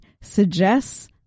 suggests